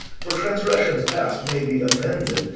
for transgressions past may be amended,